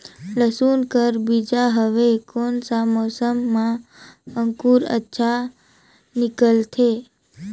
लसुन कर बीजा हवे कोन सा मौसम मां अंकुर अच्छा निकलथे?